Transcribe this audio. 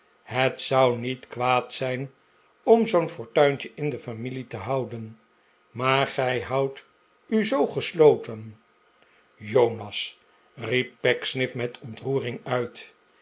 het zou niet kwaad zijn om zoo'n fortuintje in de familie te houden maar gij houdt u zoo gesloten rl jonas riep pecksniff met ontroering nit